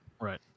Right